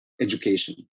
education